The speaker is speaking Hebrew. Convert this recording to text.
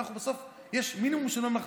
בסוף יש מינימום של ממלכתיות.